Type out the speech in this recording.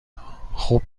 خوب